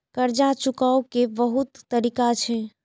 कर्जा चुकाव के बहुत तरीका छै?